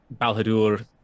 Balhadur